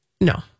No